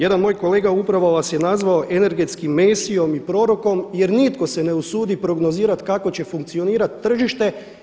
Jedan moj kolega upravo vas je nazvao energetskim Mesijom i prorokom, jer nitko se ne usudi prognozirati kako će funkcionirati tržište.